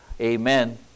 Amen